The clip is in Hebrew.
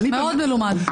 מאוד מלומד.